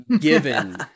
given